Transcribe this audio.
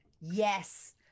yes